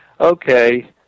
okay